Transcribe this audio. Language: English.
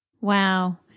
Wow